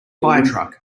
firetruck